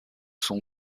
son